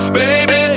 baby